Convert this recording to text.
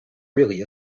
really